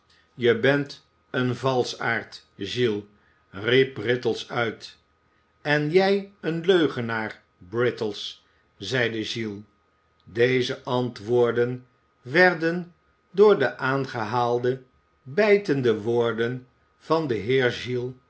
je bent een valschaard qiles riep brittles uit en jij een leugenaar brittles zeide qiles deze antwoorden werden door de aangehaalde bijtende woorden van den